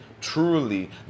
truly